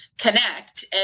connect